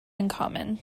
uncommon